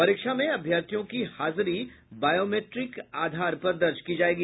परीक्षा में अभ्यर्थियों की हाजरी बायोमिट्रीक आधार पर दर्ज की जायेगी